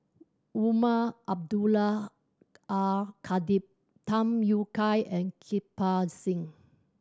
Umar Abdullah Al Khatib Tham Yui Kai and Kirpal Singh